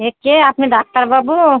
হ্যাঁ কে আপনি ডাক্তারবাবু